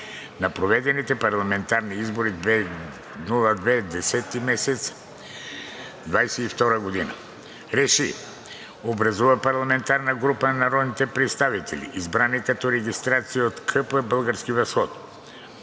на проведените парламентарни избори на 2 октомври 2022 г. РЕШИ: 1. Образува парламентарна група на народните представители, избрани като регистрации от КП